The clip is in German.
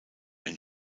ein